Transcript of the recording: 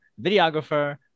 videographer